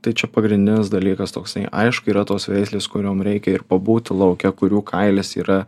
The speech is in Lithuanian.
tai čia pagrindinis dalykas toksai aišku yra tos veislės kuriom reikia ir pabūti lauke kurių kailis yra